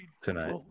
tonight